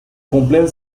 cumplen